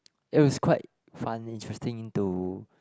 it was quite fun interesting to